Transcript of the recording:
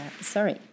sorry